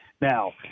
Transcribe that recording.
Now